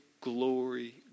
glory